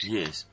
yes